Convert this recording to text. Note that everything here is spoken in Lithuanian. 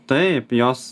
taip jos